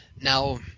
Now